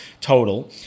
total